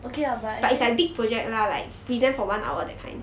okay lah but actu~